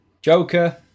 Joker